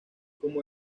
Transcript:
como